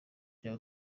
cyabo